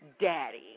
daddy